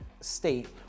state